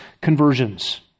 conversions